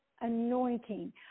anointing